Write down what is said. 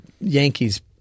Yankees